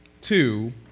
Two